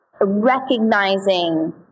recognizing